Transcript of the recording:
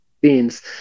beans